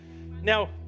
Now